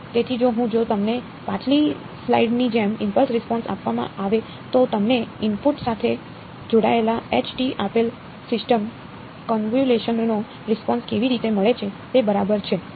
તેથી જો હું જો તમને પાછલી સ્લાઇડની જેમ ઇમ્પલ્સ રિસ્પોન્સ આપવામાં આવે તો તમને ઇનપુટ સાથે જોડાયેલા h આપેલ સિસ્ટમ કન્વોલ્યુશનનો રિસ્પોન્સ કેવી રીતે મળે છે તે બરાબર છે